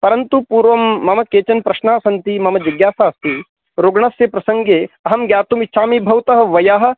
परन्तु पूर्वं मम केचन प्रश्नाः सन्ति मम जिज्ञासा अस्ति रुग्णस्य प्रसङ्गे अहं ज्ञातुम् इच्छामि भवतः वयः